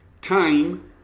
time